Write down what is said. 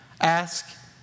Ask